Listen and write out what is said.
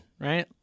right